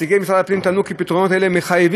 נציגי משרד הפנים טענו כי פתרונות אלה מחייבים